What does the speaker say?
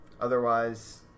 otherwise